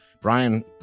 Brian